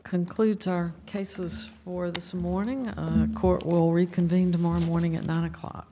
concludes our cases for this morning the court will reconvene tomorrow morning at nine o'clock